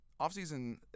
offseason